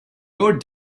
your